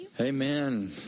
Amen